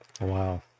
Wow